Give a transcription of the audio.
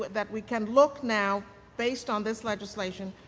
that we can look now based on this legislation,